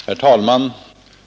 Herr talman!